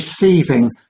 receiving